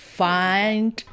find